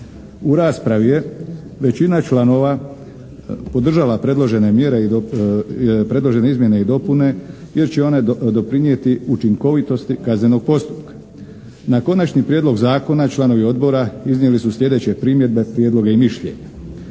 U raspravi je većina članova podržala predložene mjere, predložene izmjene i dopune jer će one doprinijeti učinkovitosti kaznenog postupka. Na konačni prijedlog zakona članovi odbora iznijeli su sljedeće primjedbe, prijedloge i mišljenja.